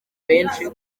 benshi